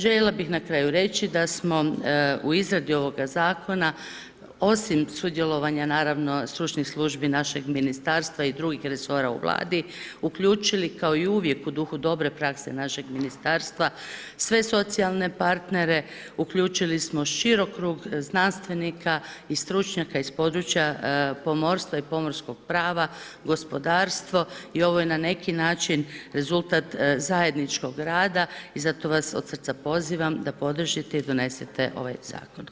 Željela bih na kraju reći da smo u izradi ovoga Zakona osim sudjelovanja naravno stručnih službi našeg Ministarstva i drugih resora u Vladi, uključili kao i uvijek u duhu dobre prakse našeg Ministarstva sve socijalne partnere, uključili smo širok krug znanstvenika i stručnjaka iz područja pomorstva i pomorskog prava, gospodarstvo i ovo je na neki način rezultat zajedničkog rada i zato vas od srca pozivam da podržite i donesete ovaj Zakon.